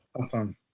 awesome